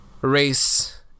race